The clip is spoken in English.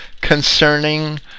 concerning